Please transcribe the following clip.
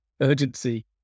Urgency